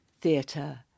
theatre